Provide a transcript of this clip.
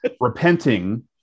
Repenting